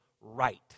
right